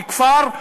בכפר,